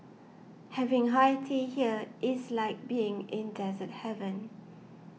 having high tea here is like being in dessert heaven